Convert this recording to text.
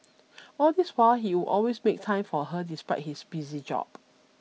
all this while he would always make time for her despite his busy job